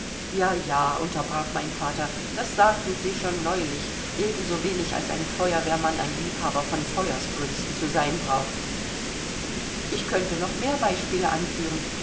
ja ja unterbrach mein vater das sagten sie schon neulich ebenso wenig als ein feuerwehrmann ein liebhaber von feuersbrünsten zu sein braucht ich könnte noch mehr beispiele anführen